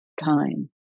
time